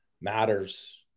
matters